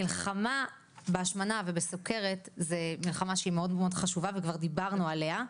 מלחמה בהשמנה ובסוכרת היא מלחמה שהיא מאוד מאוד חשובה וכבר דיברנו עליה.